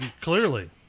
clearly